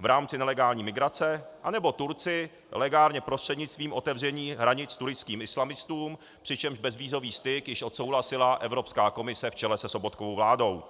v rámci nelegální migrace, nebo Turci legálně prostřednictvím otevření hranic tureckým islamistům, přičemž bezvízový styk již odsouhlasila Evropská komise v čele se Sobotkovou vládou.